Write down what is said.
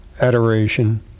adoration